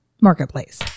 marketplace